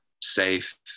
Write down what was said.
safe